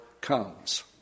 comes